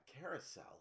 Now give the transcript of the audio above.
carousel